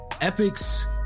Epic's